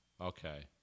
Okay